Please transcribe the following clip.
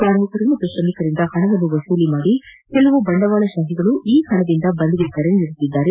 ಕಾರ್ಮಿಕರು ಮತ್ತು ಶ್ರಮಿಕರಿಂದ ಹಣವನ್ನು ವಸೂಲಿ ಮಾಡಿ ಕೆಲ ಬಂಡವಾಳ ಶಾಹಿಗಳು ಈ ಹಣದಿಂದ ಬಂದ್ಗೆ ಕರೆ ನೀಡುತ್ತಿದ್ದಾರೆ